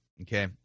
okay